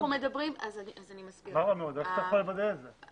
אז אני מסבירה את הנקודה.